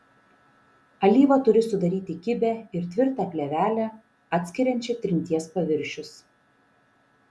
alyva turi sudaryti kibią ir tvirtą plėvelę atskiriančią trinties paviršius